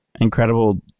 incredible